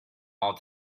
all